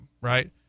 right